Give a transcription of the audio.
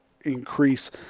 increase